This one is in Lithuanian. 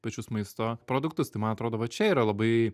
pačius maisto produktus tai man atrodo va čia yra labai